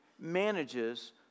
manages